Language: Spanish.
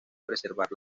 preservar